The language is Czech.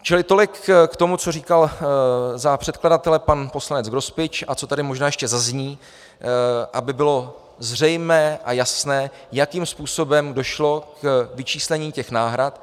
Čili tolik k tomu, co říkal za předkladatele pan poslanec Grospič a co tady možná ještě zazní, aby bylo zřejmé a jasné, jakým způsobem došlo k vyčíslení těch náhrad.